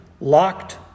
locked